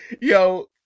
yo